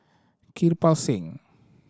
Kirpal Singh